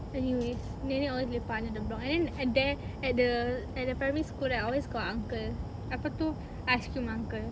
anyways nenek always lepak under the block and then at there at the at the primary school right always got uncle apa tu ice cream uncle